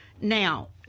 Now